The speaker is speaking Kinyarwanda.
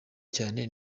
cyane